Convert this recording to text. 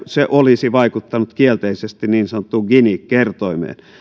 se olisi vaikuttanut kielteisesti niin sanottuun gini kertoimeen